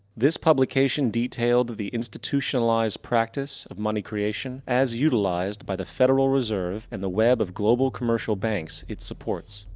this publication detailed the institutionalized practice of money creation as utilized by the federal reserve and the web of global commercial banks it supports.